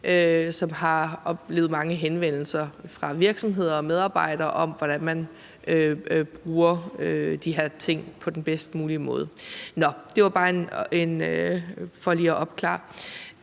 som har fået mange henvendelser fra virksomheder og medarbejdere om, hvordan man bruger de her ting på den bedst mulige måde. Det var bare for lige at opklare